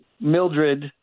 Mildred